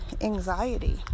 anxiety